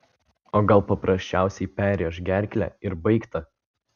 o gal paprasčiausiai perrėš gerklę ir baigta